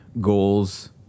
goals